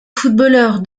footballeur